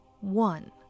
one